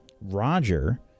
Roger